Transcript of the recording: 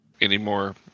anymore